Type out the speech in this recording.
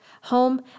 home